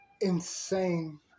insane